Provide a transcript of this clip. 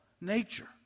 nature